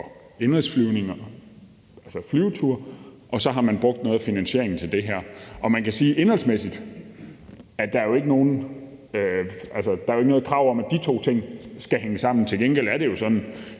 indenrigsflyvninger, altså flyveture, og så har man brugt noget af finansieringen til det her. Indholdsmæssigt er der jo ikke noget krav om, at de to ting skal hænge sammen. Til gengæld er det jo sådan